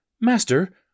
Master